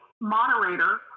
moderator